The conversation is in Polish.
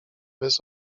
bez